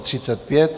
35.